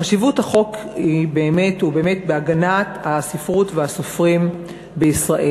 חשיבות החוק היא באמת בהגנת הספרות והסופרים בישראל.